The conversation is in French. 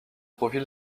profil